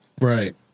Right